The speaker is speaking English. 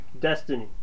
Destiny